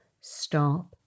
stop